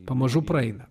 pamažu praeina